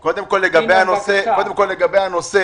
אסי, קודם כל, לגבי הנושא,